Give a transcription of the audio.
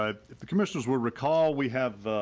um the commercials will recall we have